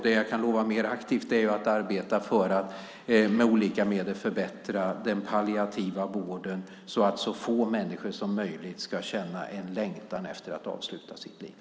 Det jag kan lova mer aktivt är att arbeta för att med olika medel förbättra den palliativa vården så att så få människor som möjligt ska känna en längtan efter att avsluta sitt liv.